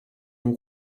mewn